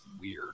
weird